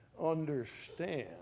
understand